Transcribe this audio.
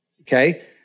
okay